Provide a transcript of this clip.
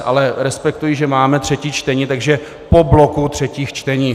Ale respektuji, že máme třetí čtení, takže po bloku třetích čtení.